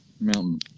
Mountain